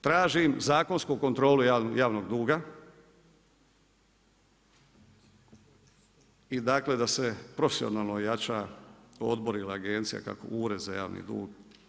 Tražim zakonsku kontrolu javnog duga i dakle da se profesionalno ojača odbor ili agencija, Ured za javni dug.